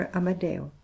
Amadeo